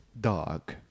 dog